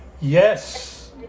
Yes